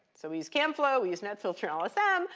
so we use camflow. we use netfilter and lsm.